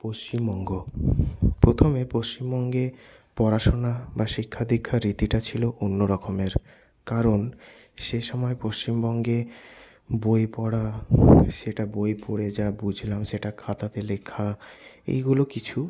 পশ্চিমবঙ্গ প্রথমে পশ্চিমবঙ্গে পড়াশুনা বা শিক্ষা দীক্ষার রীতিটা ছিলো অন্যরকমের কারণ সেই সময় পশ্চিমবঙ্গে বই পড়া সেটা বই পড়ে যা বুঝলাম সেটা খাতাতে লেখা এইগুলো কিছু